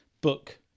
book